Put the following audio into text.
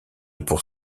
pour